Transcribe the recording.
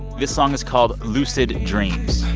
this song is called lucid dreams.